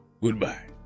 Goodbye